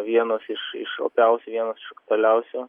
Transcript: vienos iš iš opiausių vienos iš aktualiausių